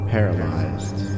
Paralyzed